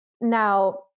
Now